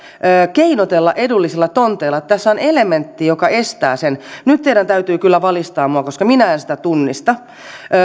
keinotella edullisilla tonteilla että tässä on elementti joka estää sen nyt teidän täytyy kyllä valistaa minua koska minä en sitä tunnista